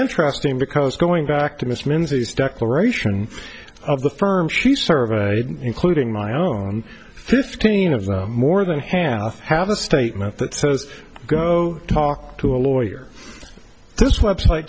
interesting because going back to miss menzies declaration of the firm she served including my own fifteen of the more than half have a statement that says go talk to a lawyer this website